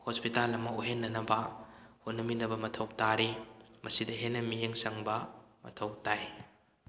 hospital ꯑꯃ ꯑꯣꯏꯍꯟꯅꯅꯕ ꯍꯣꯠꯅꯃꯤꯟꯅꯕ ꯃꯊꯧ ꯇꯥꯔꯤ ꯃꯁꯤꯗ ꯍꯦꯟꯅ ꯃꯤꯠꯌꯦꯡ ꯆꯪꯕ ꯃꯊꯧ ꯇꯥꯏ